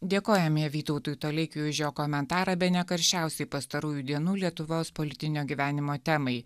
dėkojame vytautui toleikiui už jo komentarą bene karščiausiai pastarųjų dienų lietuvos politinio gyvenimo temai